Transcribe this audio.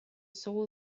soul